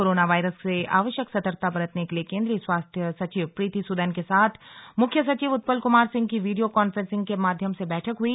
corona virus से आवश्यक सतर्कता बरतने के लिए केन्द्रीय स्वास्थ्य सचिव प्रीति सुदन के साथ मुख्य सचिव उत्पल कुमार सिंह की वीडियो कॉफ्रेंसिंग के माध्यम से बैठक हुई